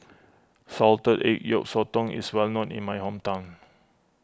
Salted Egg Yolk Sotong is well known in my hometown